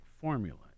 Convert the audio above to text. formula